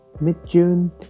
mid-June